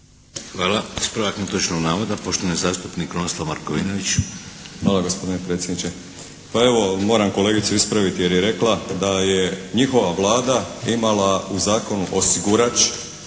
Hvala. Ispravak netočnog navoda, poštovani zastupnik Krunoslav Markovinović. **Markovinović, Krunoslav (HDZ)** Hvala gospodine predsjedniče. Pa evo moram kolegicu ispraviti jer je rekla da je njihova Vlada imala u zakonu osigurač